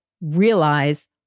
realize